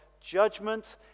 judgment